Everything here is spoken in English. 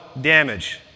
damage